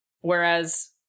whereas